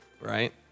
right